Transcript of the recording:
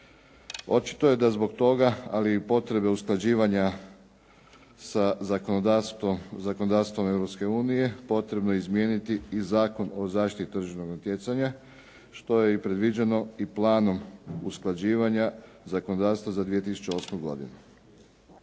Očito je da zbog toga, ali i potrebe usklađivanja sa zakonodavstvom Europske unije potrebno izmijeniti i Zakon o zaštiti tržišnog natjecanja što je predviđeno i planom usklađivanja zakonodavstva za 2008. godinu.